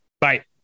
Bye